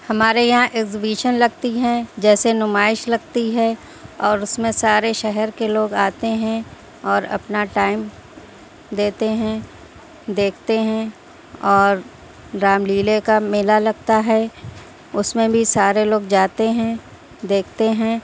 ہمارے یہاں ایگزویشن لگتی ہیں جیسے نمائش لگتی ہے اور اس میں سارے شہر کے لوگ آتے ہیں اور اپنا ٹائم دیتے ہیں دیکھتے ہیں اور رام لیلے کا میلا لگتا ہے اس میں بھی سارے لوگ جاتے ہیں دیکھتے ہیں